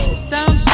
Down